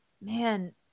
man